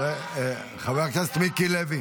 רציתי לסגור ולדייק את